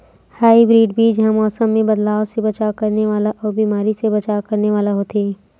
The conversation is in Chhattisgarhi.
हाइब्रिड बीज हा मौसम मे बदलाव से बचाव करने वाला अउ बीमारी से बचाव करने वाला होथे